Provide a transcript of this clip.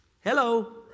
Hello